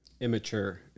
immature